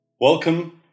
Welcome